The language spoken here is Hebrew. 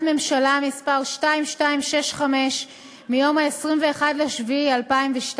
ממשלה מס' 2265 מיום 21 ביולי 2002,